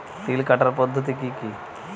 তিল কাটার পদ্ধতি কি কি?